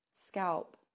scalp